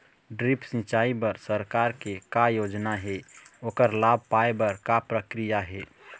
Drip सिचाई बर सरकार के का योजना हे ओकर लाभ पाय बर का प्रक्रिया हे?